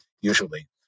usually